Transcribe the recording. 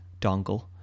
dongle